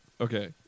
okay